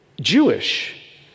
Jewish